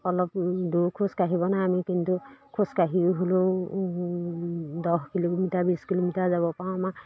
অলপ দূৰ খোজ কাঢ়িব নাই আমি কিন্তু খোজ কাঢ়ি হ'লেও দহ কিলোমিটাৰ বিছ কিলোমিটাৰ যাব পাৰোঁ আমাৰ